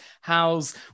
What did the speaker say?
How's